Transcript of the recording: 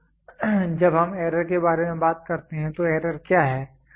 तो जब हम एरर के बारे में बात करते हैं तो एरर क्या है